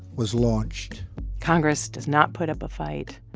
was launched congress does not put up a fight.